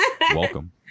Welcome